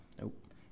Nope